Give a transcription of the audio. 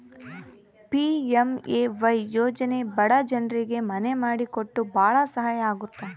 PMAY ಯೋಜನೆ ಬಡ ಜನ್ರಿಗೆ ಮನೆ ಮಾಡಿ ಕೊಟ್ಟು ಭಾಳ ಸಹಾಯ ಆಗುತ್ತ